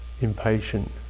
impatient